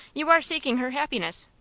you are seeking her happiness.